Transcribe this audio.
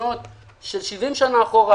תמונות של 70 שנים אחורה,